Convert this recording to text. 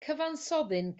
cyfansoddyn